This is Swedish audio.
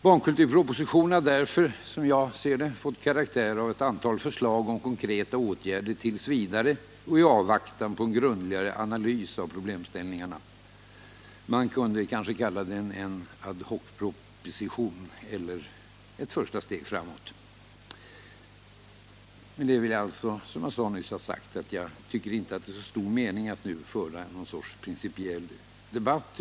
Barnkulturpropositionen har därför, som jag ser det, fått karaktären av ett antal förslag om konkreta åtgärder t. v., i avvaktan på en grundligare analys av problemställningarna. Man kunde kanske kalla den en ad hoc-proposition eller beteckna den som ett första steg framåt. Med detta vill jag ha sagt att jag inte tycker att det är så stor mening med att nu föra någon sorts principiell debatt.